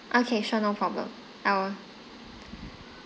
okay sure no problem l will